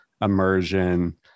immersion